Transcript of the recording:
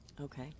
Okay